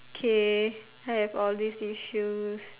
k I have all these issues